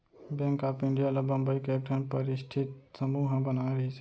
bank of India ल बंबई के एकठन परस्ठित समूह ह बनाए रिहिस हे